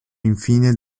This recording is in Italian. infine